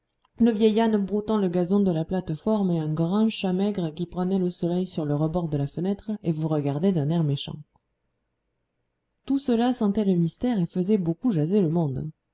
le vieil âne broutant le gazon de la plate-forme et un grand chat maigre qui prenait le soleil sur le rebord de la fenêtre et vous regardait d'un air méchant tout cela sentait le mystère et faisait beaucoup jaser le monde